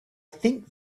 think